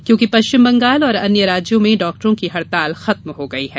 क्योंकि पश्चिम बंगाल और अन्य राज्यों में डॉक्टरों की हड़ताल खत्म हो गई है